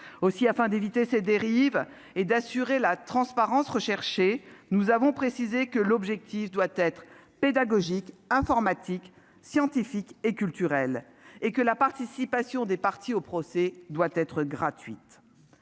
Aussi, afin d'éviter les dérives et d'assurer la transparence recherchée, nous avons précisé que leur objectif doit être « pédagogique, informatif, scientifique et culturel », et que la participation des parties au procès ainsi diffusé